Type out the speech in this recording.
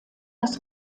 das